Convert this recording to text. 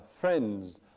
friends